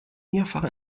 mehrfach